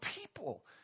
people